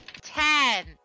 Ten